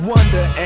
Wonder